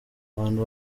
abantu